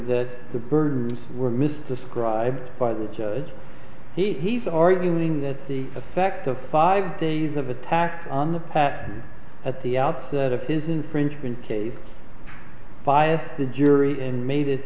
that the burdens were misdescribed by the judge he's arguing that the effect of five days of attacks on the past at the outset of his infringement case by the jury and made it